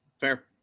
Fair